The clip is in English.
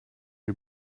you